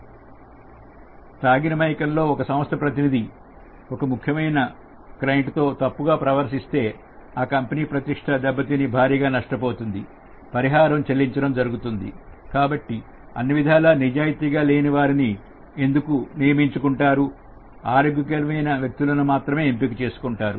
తాగిన మైకంలో ఒక సంస్థ ప్రతినిధి ముఖ్యమైన క్లయింట్ తో తప్పుగా ప్రవర్తిస్తే కంపెనీ ప్రతిష్ట దెబ్బతిని భారీగా నష్టపోతుంది పరిహారం చెల్లించడం జరుగుతుంది కాబట్టి అన్ని విధాల నిజాయితీగా లేని వారిని ఎందుకు నిర్మించుకుంటారు ఆరోగ్యకరమైన వ్యక్తు లను ఎంపిక చేసు కోవాలి